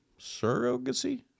Surrogacy